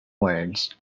words